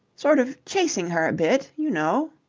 sort of chasing her a bit, you know.